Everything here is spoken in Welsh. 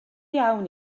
iawn